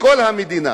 בכל המדינה.